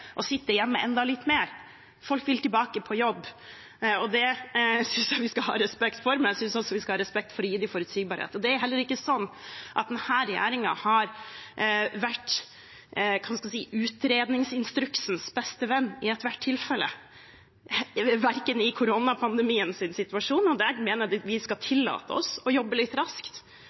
å tape penger og sitte hjemme enda litt lenger. Folk vil tilbake på jobb, og det synes jeg vi skal ha respekt for, men jeg synes også vi skal ha respekt for å gi dem forutsigbarhet. Det er heller ikke slik at denne regjeringen har vært utredningsinstruksens beste venn – for å si det slik – i ethvert tilfelle, heller ikke i en situasjon med koronapandemi, og da mener jeg vi skal tillate oss å jobbe litt raskt